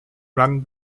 run